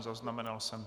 Zaznamenal jsem.